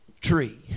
tree